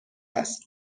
است